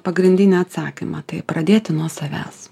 pagrindinį atsakymą taip pradėti nuo savęs